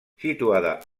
situada